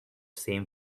same